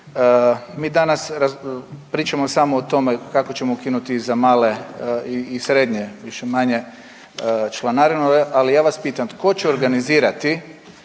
Mi danas pričamo samo o tome kako ćemo ukinuti za male i srednje više-manje članarinu. Ali ja vas pitam tko će organizirati,